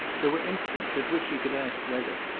there were instants at which he could ask whether,